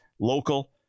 local